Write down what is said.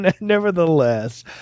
Nevertheless